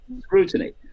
scrutiny